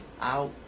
out